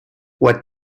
what